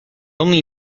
only